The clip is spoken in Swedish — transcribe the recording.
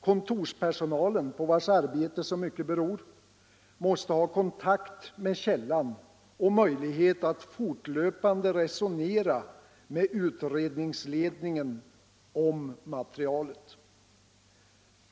Kontorspersonalen, på vars arbete så mycket beror, måste ha kontakt med källan och möjlighet att fortlöpande resonera med utredningsledningen om materialet.